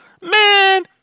man